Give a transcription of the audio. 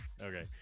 Okay